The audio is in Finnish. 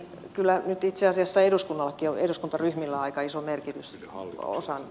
kyllä nyt itse asiassa eduskuntaryhmillä on aika iso merkitys osan